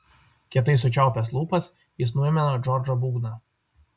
kietai sučiaupęs lūpas jis nuėmė nuo džordžo būgną